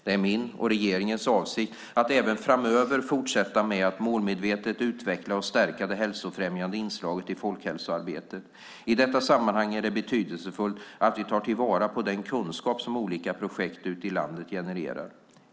Det är min och regeringens avsikt att även framöver fortsätta att målmedvetet utveckla och stärka det hälsofrämjande inslaget i folkhälsoarbetet. I detta sammanhang är det betydelsefullt att vi tar vara på den kunskap som olika projekt uti landet genererar.